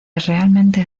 realmente